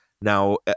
now